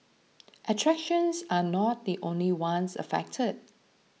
attractions are not the only ones affected